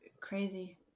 crazy